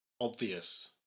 obvious